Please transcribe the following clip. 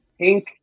pink